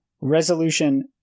resolution